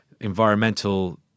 environmental